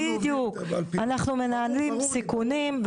אנחנו מנהלים סיכונים,